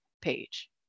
page